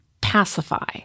pacify